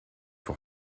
faut